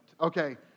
Okay